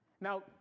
Now